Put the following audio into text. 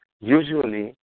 usually